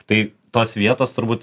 tai tos vietos turbūt